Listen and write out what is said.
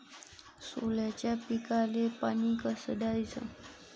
सोल्याच्या पिकाले पानी कस द्याचं?